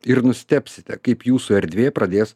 ir nustebsite kaip jūsų erdvė pradės